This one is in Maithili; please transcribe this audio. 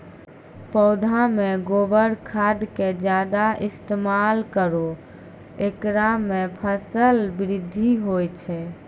पौधा मे गोबर खाद के ज्यादा इस्तेमाल करौ ऐकरा से फसल बृद्धि होय छै?